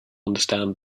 understand